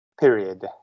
period